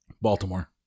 Baltimore